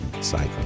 cycle